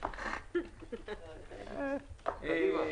קדימה.